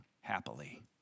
happily